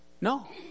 No